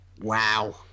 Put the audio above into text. Wow